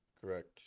Correct